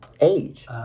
age